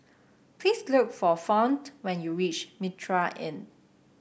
please look for Fount when you reach Mitraa Inn